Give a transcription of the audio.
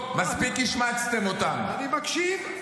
תראה איך זה נכנס לך לתת-מודע: חיילים שלהם,